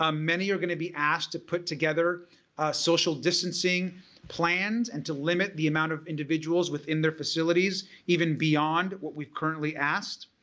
um many are going to be asked to put together social distancing plans and to limit the amount of individuals within their facilities even beyond what we currently asked.